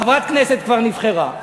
חברת כנסת כבר נבחרה.